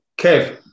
Kev